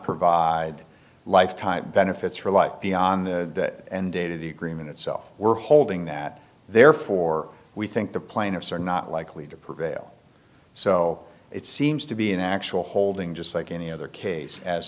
provide lifetime benefits for life beyond the and date of the agreement itself we're holding that therefore we think the plaintiffs are not likely to prevail so it seems to be an actual holding just like any other case as